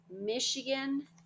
Michigan